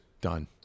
done